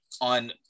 on